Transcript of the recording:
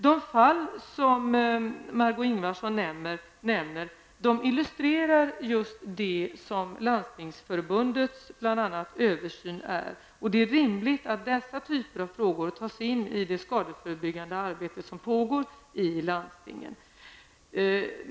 De fall som Margó Ingvardsson nämner, illustrerar just det Landstingsförbundets översyn tar upp. Det är rimligt att dessa typer av frågor tas in i det skadeförebyggande arbete som pågår i landstingen.